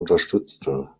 unterstützte